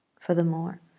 Furthermore